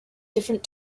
different